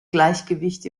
gleichgewicht